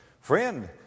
Friend